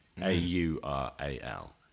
A-U-R-A-L